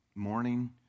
Morning